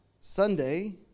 Sunday